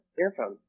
earphones